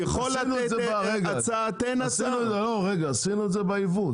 עשינו את זה ביבוא.